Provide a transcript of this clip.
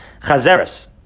Chazeres